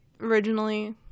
originally